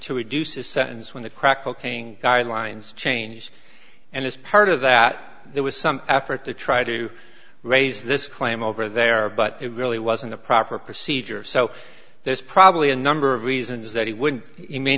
to reduce his sentence when the crack cocaine guidelines change and as part of that there was some effort to try to raise this claim over there but it really wasn't a proper procedure so there's probably a number of reasons that he would you may